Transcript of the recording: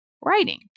writing